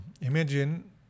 Imagine